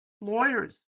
lawyers